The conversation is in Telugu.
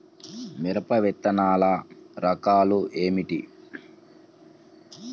మిరప విత్తనాల రకాలు ఏమిటి?